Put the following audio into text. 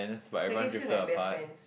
secondary school is my best friends